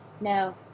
no